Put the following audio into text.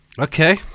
Okay